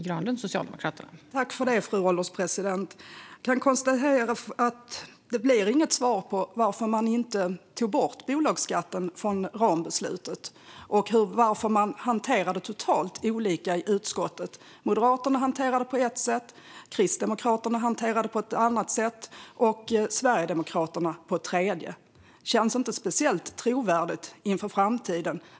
Fru ålderspresident! Vi kan konstatera att det inte blir något svar på varför man inte tog bort bolagsskatten från rambeslutet. Och varför hanterade man det totalt olika i utskottet? Moderaterna hanterade det på ett sätt, Kristdemokraterna på ett annat sätt och Sverigedemokraterna på ett tredje. Det känns inte speciellt trovärdigt inför framtiden.